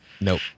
nope